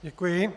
Děkuji.